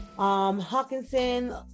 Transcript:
Hawkinson